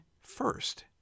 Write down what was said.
first